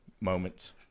moments